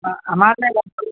অঁ আমাৰ